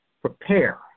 prepare